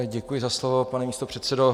Děkuji za slovo, pane místopředsedo.